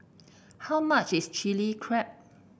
how much is Chili Crab